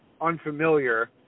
unfamiliar